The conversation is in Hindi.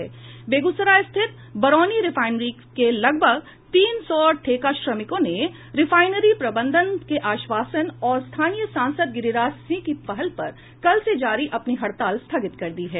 बेगूसराय स्थित बरौनी रिफाइनरी के लगभग तीन सौ ठेका श्रमिकों ने रिफाइनरी प्रबंधन के आश्वासन और स्थानीय सांसद गिरिराज सिंह की पहल पर कल से जारी अपनी हड़ताल स्थगित कर दी है